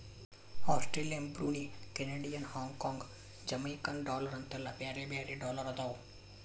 Australian Brunei Canadian Hong Kong Jamaican dollar ಅಂತೆಲ್ಲಾ ಬ್ಯಾರೆ ಬ್ಯಾರೆ ಡಾಲರ್ ಅದಾವ